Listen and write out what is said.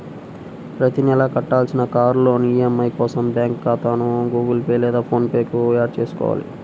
ప్రతి నెలా కట్టాల్సిన కార్ లోన్ ఈ.ఎం.ఐ కోసం బ్యాంకు ఖాతాను గుగుల్ పే లేదా ఫోన్ పే కు యాడ్ చేసుకోవాలి